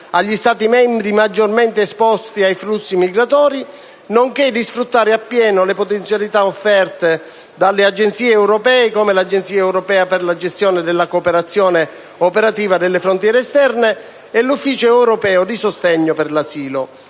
agli Stati membri maggiormente esposti ai flussi migratori, nonché di sfruttare appieno le potenzialità offerte dalle agenzie europee, come l'Agenzia europea per la gestione della cooperazione operativa alle frontiere esterne e l'Ufficio europeo di sostegno per l'asilo,